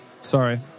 Sorry